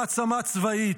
מעצמה צבאית,